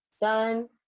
done